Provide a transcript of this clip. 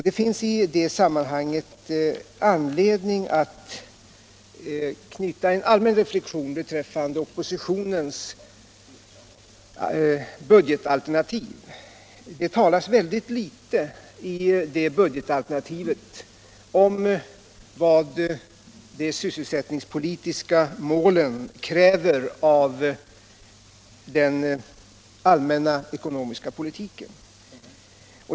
Det finns i det sammanhanget anledning att knyta en allmän reflexion till oppositionens bugetalternativ. Det talas där väldigt litet om vad de sysselsättningspolitiska målen kräver av den allmänna ekonomiska politiken.